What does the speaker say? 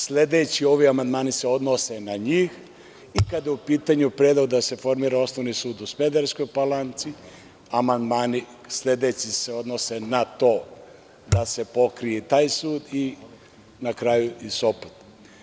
Sledeći ovi amandmani se odnose na njih i kada je u pitanju predlog da se formira Osnovni sud u Smederevskoj Palanci, sledeći amandmani se odnose na to da se pokrije i taj sud i na kraju i Sopot.